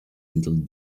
little